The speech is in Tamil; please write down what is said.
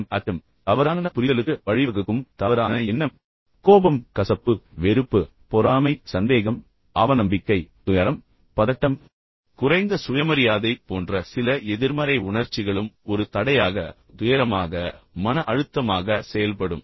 பயம் அச்சம் தவறான புரிதலுக்கு வழிவகுக்கும் தவறான எண்ணம் கோபம் கசப்பு வெறுப்பு பொறாமை சந்தேகம் அவநம்பிக்கை துயரம் பதட்டம் குறைந்த சுயமரியாதை போன்ற சில எதிர்மறை உணர்ச்சிகளும் ஒரு தடையாக துயரமாக மன அழுத்தமாக செயல்படும்